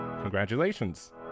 Congratulations